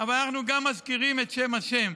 אבל אנחנו מזכירים את שם ה'.